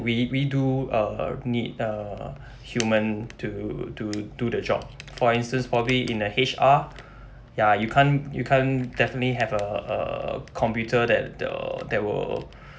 we we do err need uh human to to to the job for instance probably in the H_R ya you can't you can't definitely have a a computer that the that will